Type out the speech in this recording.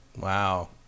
Wow